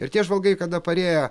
ir tie žvalgai kada parėję